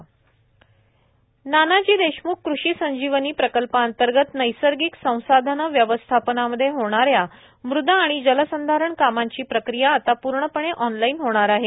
पोक्रा नानाजी देशमुख कृषी संजीवनी प्रकल्पाअंतर्गत नैसर्गिक संसाधन व्यवस्थापनामध्ये होणाऱ्या मुद व जलसंधारण कामांची प्रक्रिया आता पूर्णपणे ऑनलाईन होणार आहे